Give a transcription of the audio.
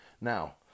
Now